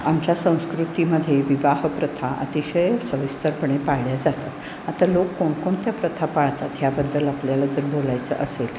आमच्या संस्कृतीमध्ये विवाह प्रथा अतिशय सविस्तरपणे पाळल्या जातात आता लोक कोणकोणत्या प्रथा पाळतात ह्याबद्दल आपल्याला जर बोलायचं असेल